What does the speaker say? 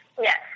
Yes